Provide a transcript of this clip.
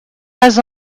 pas